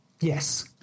yes